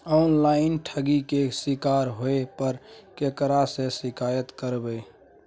Online ठगी के शिकार होय पर केकरा से शिकायत करबै?